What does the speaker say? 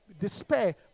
Despair